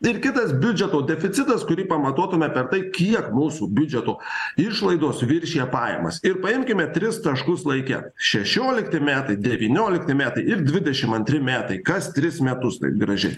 ir kitas biudžeto deficitas kurį pamatuotume per tai kiek mūsų biudžeto išlaidos viršija pajamas ir paimkime tris taškus laike šešiolikti metai devyniolikti metai ir dvidešim antri metai kas tris metus graži